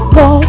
go